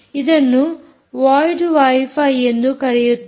ಇದನ್ನು void wifi ಎಂದು ಕರೆಯುತ್ತಾರೆ